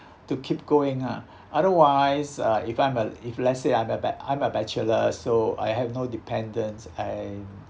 to keep going ah otherwise uh if I'm a if let's say I'm a ba~ I'm a bachelor so I have no dependants and